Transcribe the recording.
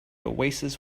oasis